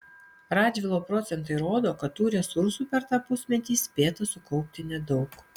radžvilo procentai rodo kad tų resursų per tą pusmetį spėta sukaupti nedaug